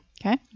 Okay